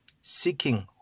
Seeking